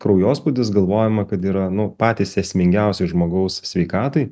kraujospūdis galvojama kad yra nu patys esmingiausi žmogaus sveikatai